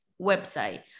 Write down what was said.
website